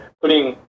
putting